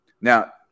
Now